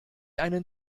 einen